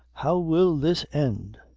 how will this end?